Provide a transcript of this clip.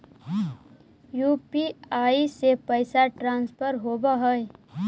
UPI से पैसा transfer होवहै?